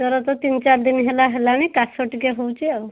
ଜର ତ ତିନି ଚାରି ଦିନ ହେଲା ହେଲାଣି କାଶ ଟିକିଏ ହେଉଛି ଆଉ